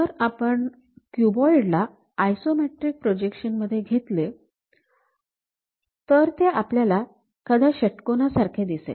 जर आपण क्युबाईड ला आयसोमेट्रिक प्रोजेक्शन मध्ये घेतले तर ते आपल्याला षट्कोनासारखे दिसेल